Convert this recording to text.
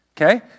Okay